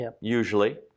Usually